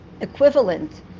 equivalent